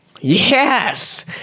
yes